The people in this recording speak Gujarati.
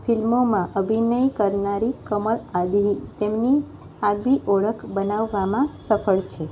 ફિલ્મોમાં અભિનય કરનારી કમલ આદિલ તેમની આગવી ઓળખ બનાવવામાં સફળ છે